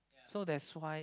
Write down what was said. so that's why